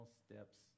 steps